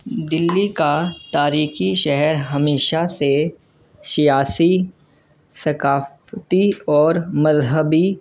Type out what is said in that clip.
دلی کا تاریخی شہر ہمیشہ سے سیاسی ثقافتی اور مذہبی